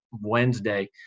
Wednesday